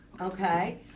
Okay